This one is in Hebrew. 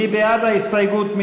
מי בעד ההסתייגות?